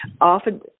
often